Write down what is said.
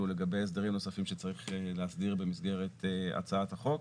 לגבי הסדרים נוספים שצריך להסדיר במסגרת הצעת החוק,